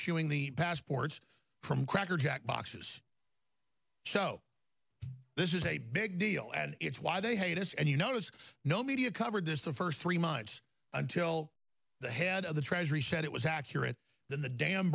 issuing the passports from cracker jack boxes so this is a big deal and it's why they hate us and you know it's no media covered this the first three months until the head of the treasury said it was accurate than the dam